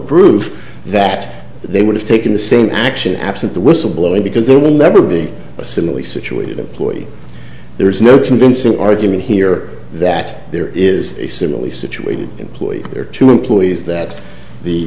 prove that they would have taken the same action absent the whistleblowing because there will never be a similarly situated employee there is no convincing argument here that there is a similarly situated employee or two employees that the